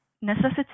necessity